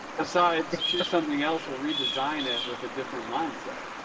besides choose something else or redesign it with a different mindset.